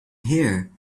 here